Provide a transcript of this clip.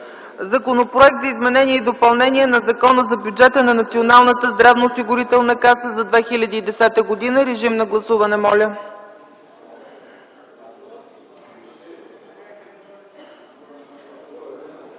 Законопроект за изменение и допълнение на Закона за бюджета на Националната здравноосигурителна каса за 2010 г. Моля, гласувайте.